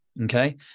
Okay